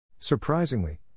Surprisingly